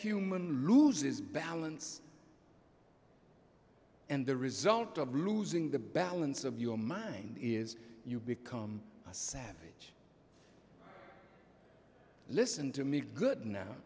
human loses balance and the result of losing the balance of your mind is you become a savage listen to me good now